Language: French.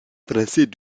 français